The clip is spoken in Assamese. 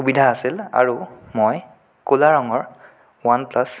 সুবিধা আছিল আৰু মই ক'লা ৰঙৰ ৱান প্লাছ